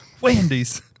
Wendy's